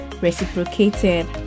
reciprocated